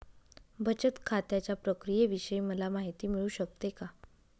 बचत खात्याच्या प्रक्रियेविषयी मला माहिती मिळू शकते का?